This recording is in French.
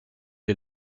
est